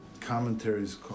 commentaries